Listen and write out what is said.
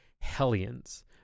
Hellions